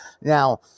Now